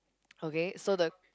okay so the